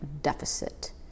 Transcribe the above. deficit